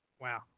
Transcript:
wow